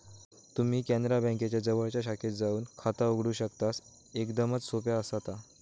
तुम्ही कॅनरा बँकेच्या जवळच्या शाखेत जाऊन खाता उघडू शकतस, एकदमच सोप्या आसा ता